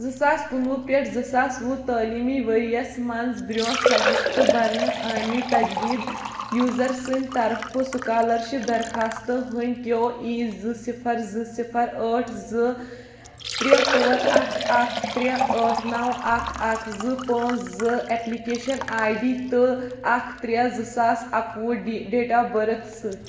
زٕ ساس کُنہٕ وُہ پٮ۪ٹھ زٕ ساس وُہ تٲلیٖمی ؤریَس منٛز برٛونٛہہ فَرہِستہٕ بَرنہٕ آمٕتۍ تجدیٖد یوٗزَر سٕنٛدۍ طرفہٕ سُکالرشِپ درخواستہٕ ہٕنٛدۍ کیو ای زٕ صِفَر زٕ صِفَر ٲٹھ زٕ ترٛےٚ ژور اکھ اکھ ترٛےٚ ٲٹھ نَو اکھ اکھ زٕ پانٛژھ زٕ اٮ۪پلِکیشَن آی ڈی تہٕ اکھ ترٛےٚ زٕ ساس اَکہٕ وُہ ڈیٹ آف بٔرٕتھ سۭتۍ